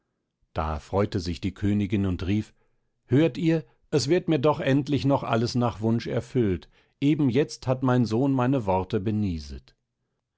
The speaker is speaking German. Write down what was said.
da freute sich die königin und rief hört ihr es wird mir doch endlich noch alles nach wunsch erfüllt eben jetzt hat mein sohn meine worte benieset